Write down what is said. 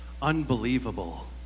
unbelievable